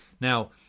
Now